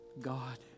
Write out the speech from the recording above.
God